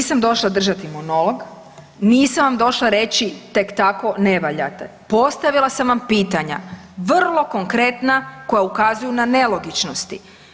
Nisam došla držati monolog, nisam vam došla reći tek tako ne valjate, postavila sam vam pitanja, vrlo konkretna koja ukazuju na nelogičnosti.